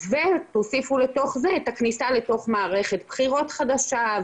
מבקשת לדעת בתוך שבוע שנקבעה פגישה ראשונה.